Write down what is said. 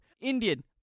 Indian